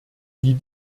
wie